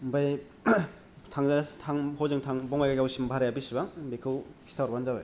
आमफ्राय थांजासे हजों थांनो बङाइगावसिम भाराया बिसिबां बेखौ खिन्थाहरबानो जाबाय